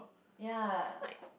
ya